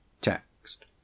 TEXT